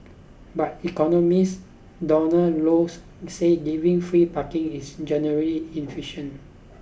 but economist Donald Low said giving free parking is generally inefficient